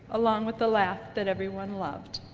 along with the laugh that everyone loved.